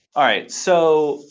all right. so,